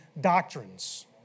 doctrines